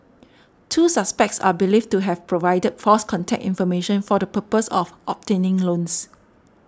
two suspects are believed to have provided false contact information for the purpose of obtaining loans